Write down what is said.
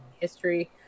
history